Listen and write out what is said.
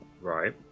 Right